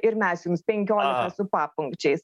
ir mes jums penkiolika su papunkčiais